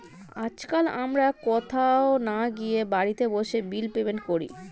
আজকাল আমরা কোথাও না গিয়ে বাড়িতে বসে বিল পেমেন্ট করি